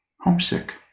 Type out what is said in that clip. homesick